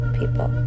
people